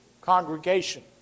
congregation